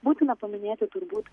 būtina paminėti turbūt